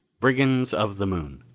brigands of the moon,